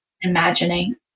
imagining